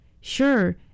sure